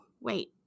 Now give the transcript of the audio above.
wait